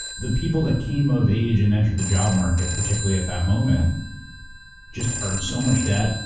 the people that came of age and entered the job market particularly at that moment just earned so much debt,